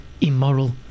immoral